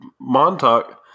Montauk